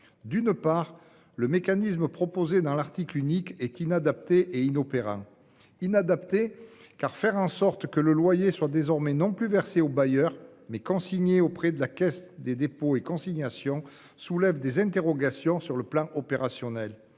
locataires. Le mécanisme proposé dans l'article unique est inadapté et inopérant. Il est inadapté, car faire en sorte que le loyer soit désormais non plus versé au bailleur, mais consigné auprès de la Caisse des dépôts et consignations soulève des interrogations sur le plan opérationnel,